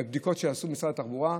בבדיקות שעשה משרד התחבורה,